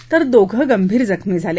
तर दोघं गंभीर जखमी झाले